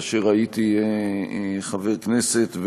כאשר הייתי חבר הכנסת,